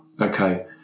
Okay